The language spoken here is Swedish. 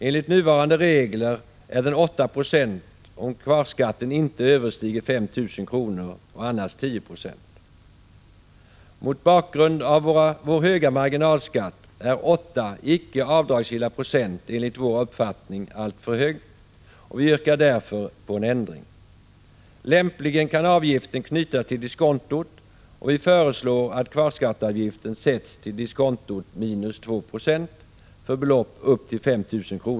Enligt nuvarande regler är den 8 926 om kvarskatten inte överstiger 5 000 kr. och annars 10 26. Mot bakgrund av vår höga marginalskatt är åtta icke avdragsgilla procent enligt vår uppfattning alltför högt, och vi yrkar därför på en ändring. Lämpligen kan avgiften knytas till diskontot, och vi föreslår att kvarskatteavgiften sätts till diskontot minus 2 26 för belopp upp till 5 000 kr.